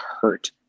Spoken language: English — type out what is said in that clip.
hurt